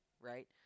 right